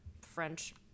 French